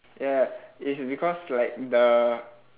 yeah it's because like the